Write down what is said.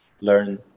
learn